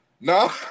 No